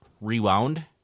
rewound